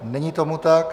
Není tomu tak.